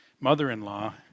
mother-in-law